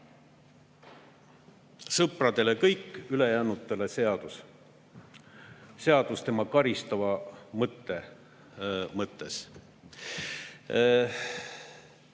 sõpradele kõik, ülejäänutele seadus. Seadus tema karistava mõtte